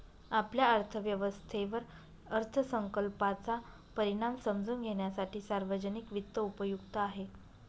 आपल्या अर्थव्यवस्थेवर अर्थसंकल्पाचा परिणाम समजून घेण्यासाठी सार्वजनिक वित्त उपयुक्त आहे